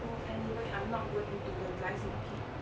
so anyway I'm not going into the guys market